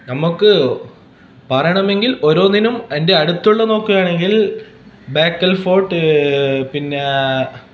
നമുക്ക് പറയണമെങ്കിൽ ഓരോന്നിനും എൻ്റെ അടുത്തുള്ള നോക്കുകയാണെങ്കിൽ ബേക്കൽ ഫോട്ട് പിന്നെ